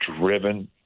driven